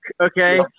Okay